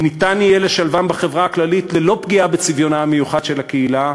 כי ניתן יהיה לשלבם בחברה הכללית ללא פגיעה בצביונה המיוחד של הקהילה,